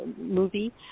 movie